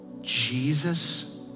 Jesus